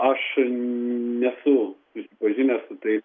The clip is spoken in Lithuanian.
aš nesu susipažinęs taip